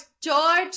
George